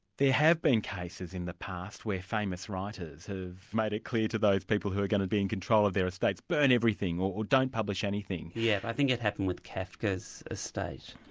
have been cases in the past where famous writers have made it clear to those people who are going to be in control of their estates, burn everything, or don't publish anything. yes, i think it happened with kafka's estate.